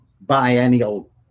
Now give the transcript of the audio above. biennial